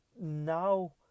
now